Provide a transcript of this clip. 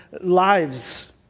lives